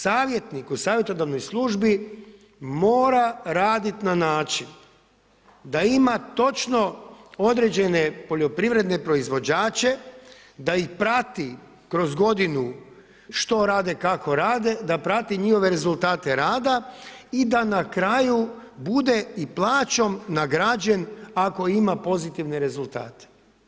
Savjetnik u savjetodavnoj službi mora raditi na način da ima točno određene poljoprivredne proizvođače da ih prati kroz godinu što rade kako rade da prati njihove rezultate rada i da na kraju bude i plaćom nagrađen ako ima pozitivne rezultate.